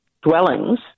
dwellings